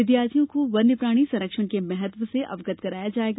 विद्यार्थियों को वन्य प्राणी संरक्षण के महत्व से अवगत कराया जायेगा